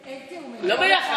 תודה רבה,